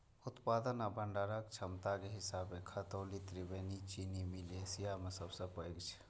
उत्पादन आ भंडारण क्षमताक हिसाबें खतौली त्रिवेणी चीनी मिल एशिया मे सबसं पैघ छै